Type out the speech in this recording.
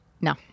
No